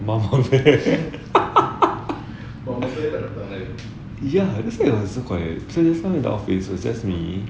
mama bear ya that's why it was so quiet so just now in the office it was just me